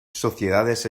sociedades